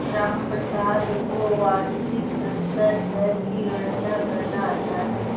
रामप्रसाद को वार्षिक प्रतिशत दर की गणना करना आता है